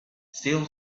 still